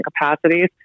capacities